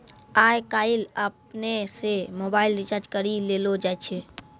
आय काइल अपनै से मोबाइल रिचार्ज करी लेलो जाय छै